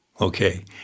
Okay